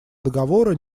договора